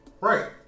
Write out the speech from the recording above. right